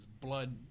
blood